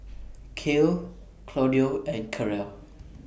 Kale Claudio and Karel